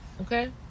okay